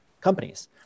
companies